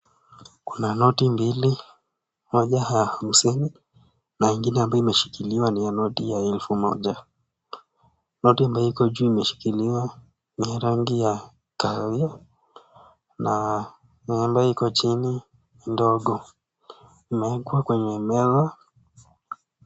Kuna noti mbili, moja ya hamsini na ingine ambayo imeshikiliwa ni noti ya elfu moja. Noti ambayo iko juu imeshikiliwa ni ya rangi ya tahawiya na ambayo iko chini ndogo imewekwa kwenye meno.